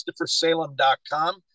ChristopherSalem.com